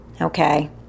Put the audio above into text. okay